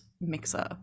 mixer